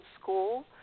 School